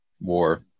War